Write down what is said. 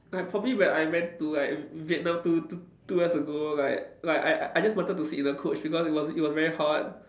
like probably when I went to like Vietnam two t~ two years ago like like I I just wanted to sit in the coach because it was it was very hot